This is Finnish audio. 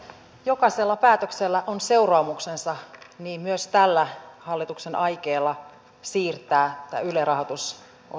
jokaisella päätöksellä on seuraamuksensa niin myös tällä hallituksen aikeella siirtää tämä yle rahoitus osaksi budjettirahoitusta